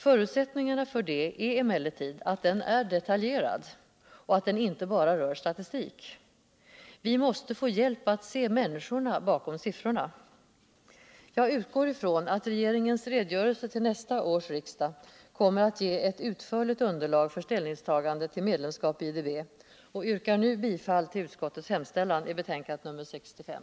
Förutsättningarna för det är emellertid att den är detaljerad och att den inte bara rör statustik. Vi måste få hjälp att se människorna bakom siffrorna. Jag utgår ifrån att regeringens redogörelse till nästa års riksdag kommer att ge ett utförligt underlag för ställningstagande till medlemskap i IDB, och jag yrkar nu bifall till utskottets hemställan i betänkandet nr 65.